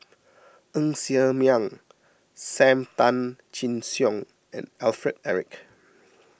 Ng Ser Miang Sam Tan Chin Siong and Alfred Eric